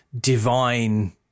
divine